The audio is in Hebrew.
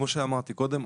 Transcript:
כמו שאמרתי קודם,